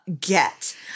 get